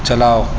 چلاؤ